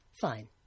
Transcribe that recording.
Fine